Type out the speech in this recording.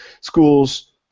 schools